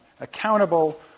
accountable